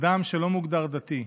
אדם שלא מוגדר דתי,